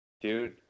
dude